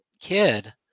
kid